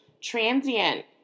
transient